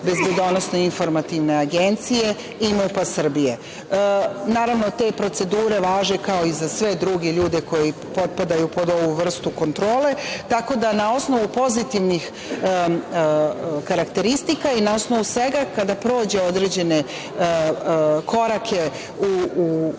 su propisane procedurama BIA i MUP Srbije. Naravno, te procedure važe kao i za sve druge ljude koji potpadaju pod ovu vrstu kontrole tako da na osnovu pozitivnih karakteristika i na osnovu svega, kada prođe određene korake u